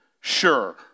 sure